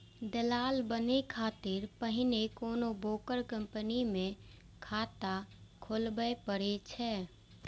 दलाल बनै खातिर पहिने कोनो ब्रोकर कंपनी मे खाता खोलबय पड़ै छै